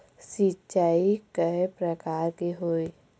सिचाई कय प्रकार के होये?